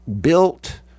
built